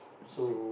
so